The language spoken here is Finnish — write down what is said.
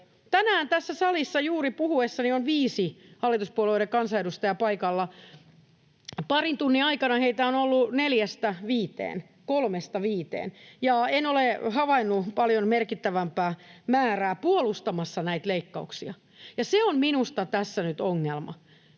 Tänään tässä salissa juuri puhuessani on viisi hallituspuolueiden kansanedustajaa paikalla. Parin tunnin aikana heitä on ollut kolmesta viiteen, ja en ole havainnut paljon merkittävämpää määrää puolustamassa näitä leikkauksia. Ja se on minusta tässä nyt ongelma: